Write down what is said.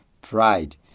pride